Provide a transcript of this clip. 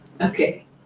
Okay